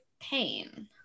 pain